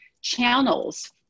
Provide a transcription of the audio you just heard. channels